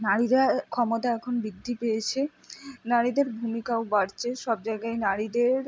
নারীরা ক্ষমতা এখন বৃদ্ধি পেয়েছে নারীদের ভূমিকাও বাড়ছে সব জায়গায় নারীদের